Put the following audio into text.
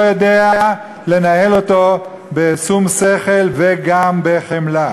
יודע לנהל אותו בשום שכל וגם בחמלה.